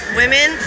women